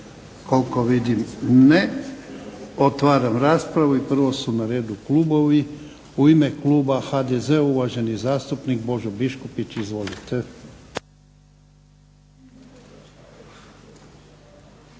Koliko vidim ne. Otvaram raspravu. I prvo su na redu klubovi. U ime kluba HDZ-a, uvaženi zastupnik Božo Biškupić. Izvolite.